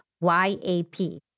Y-A-P